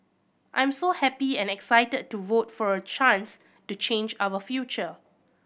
I'm so happy and excited to vote for a chance to change our future